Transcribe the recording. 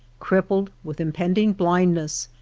crippled, with impending blindness,